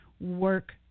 work